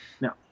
no